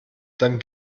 dann